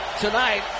tonight